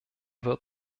wird